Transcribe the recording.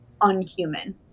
unhuman